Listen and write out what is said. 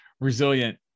resilient